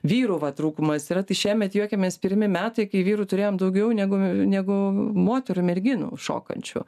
vyrų va trūkumas yra tai šiemet juokiamės pirmi metai kai vyrų turėjome daugiau negu negu moterų merginų šokančių